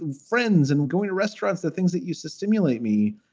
friends and going to restaurants, the things that used to stimulate me.